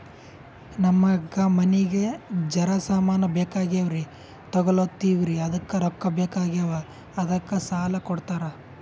ನಮಗ ಮನಿಗಿ ಜರ ಸಾಮಾನ ಬೇಕಾಗ್ಯಾವ್ರೀ ತೊಗೊಲತ್ತೀವ್ರಿ ಅದಕ್ಕ ರೊಕ್ಕ ಬೆಕಾಗ್ಯಾವ ಅದಕ್ಕ ಸಾಲ ಕೊಡ್ತಾರ?